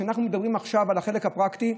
כשאנחנו מדברים עכשיו על החלק הפרקטי,